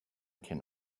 can